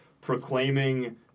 proclaiming